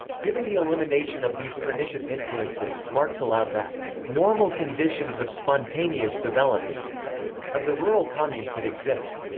given the elimination of these pernicious influences, marx allowed that normal conditions of spontaneous development of the rural commune could exist.